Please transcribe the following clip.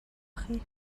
خیر